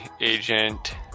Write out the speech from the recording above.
agent